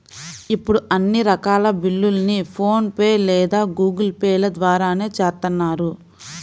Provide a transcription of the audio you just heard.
ఇప్పుడు అన్ని రకాల బిల్లుల్ని ఫోన్ పే లేదా గూగుల్ పే ల ద్వారానే చేత్తన్నారు